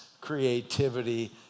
creativity